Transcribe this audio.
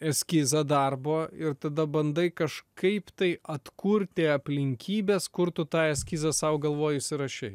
eskizą darbo ir tada bandai kažkaip tai atkurti aplinkybes kur tu tą eskizą sau galvoj įsirašei